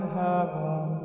heaven